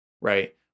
right